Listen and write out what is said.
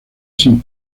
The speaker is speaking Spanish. sin